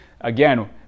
Again